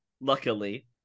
luckily